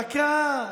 דקה,